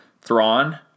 Thrawn